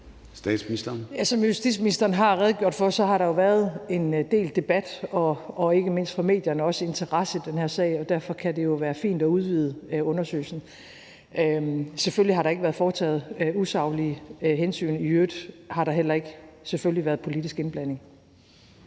Som justitsministeren har redegjort for, har der jo været en del debat om og også interesse, ikke mindst fra mediernes side, for den her sag, og derfor kan det jo være fint at udvide undersøgelsen. Selvfølgelig har der ikke været foretaget usaglige hensyn, og i øvrigt har der selvfølgelig heller ikke været politisk indblanding.